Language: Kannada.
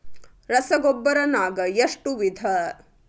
ರಸಗೊಬ್ಬರ ನಾಗ್ ಎಷ್ಟು ವಿಧ?